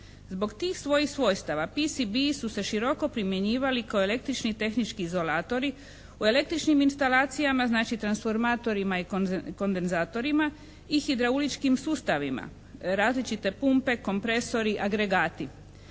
Zbog tih svojih svojstava PCB-i su se široko primjenjivali kao električni tehnički izolatori u električnim instalacijama, znači transformatorima i kondenzatorima i hidrauličkim sustavima. Različite pumpe, kompresori, agregati,